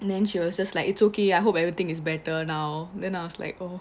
then she was just like it's okay I hope everything is better now than I was like oh